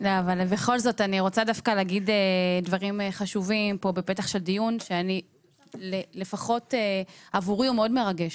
רוצה דווקא להגיד דברים חשובים פה בפתח של דיון שעבורי הוא מאוד מרגש.